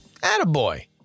Attaboy